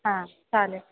हां चालेल